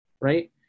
right